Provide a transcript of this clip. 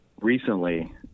recently